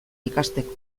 ikasteko